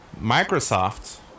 Microsoft